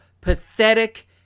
pathetic